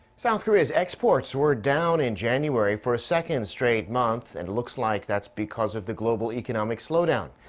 south korea's exports were down in january for a second straight month. and it looks like that's because of the global economic slowdown.